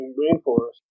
rainforest